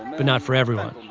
but not for everyone.